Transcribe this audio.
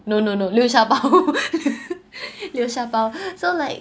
no no no 流沙包：liu sha bao 流沙包 so like